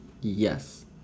Yes